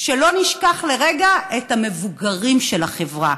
שלא נשכח לרגע את המבוגרים של החברה,